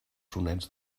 sonets